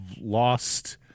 lost